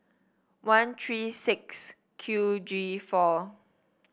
one three six Q G four